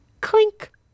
clink